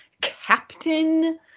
captain